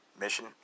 Mission